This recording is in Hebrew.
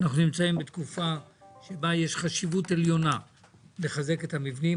אנחנו נמצאים בתקופה שבה יש חשיבות עליונה לחזק את המבנים.